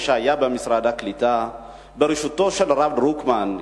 כשהיה תחת משרד הקליטה בראשותו של הרב דרוקמן,